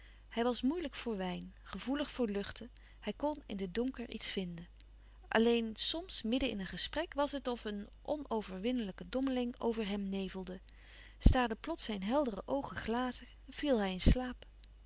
hij was moeilijk voor wijn gevoelig voor luchten hij kon in den donker iets vinden alleen soms midden in een gesprek was het of een onoverwinnelijke dommeling over hem nevelde staarden plots zijn heldere oogen glazig viel hij in slaap